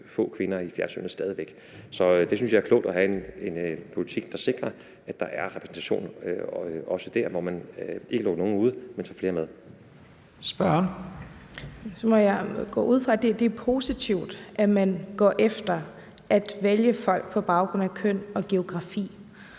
det er positivt, at man går efter at vælge folk på baggrund af køn og geografi.